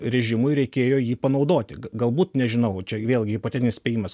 režimui reikėjo jį panaudoti galbūt nežinau čia vėlgi hipotetinis spėjimas